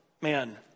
man